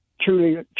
truly